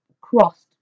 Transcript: crossed